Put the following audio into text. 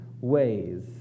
ways